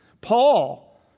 Paul